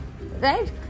right